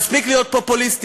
מספיק להיות פופוליסטים.